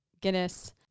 Guinness